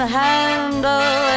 handle